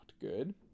good